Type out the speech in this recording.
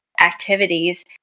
activities